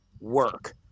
work